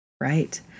right